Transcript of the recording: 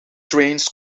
trains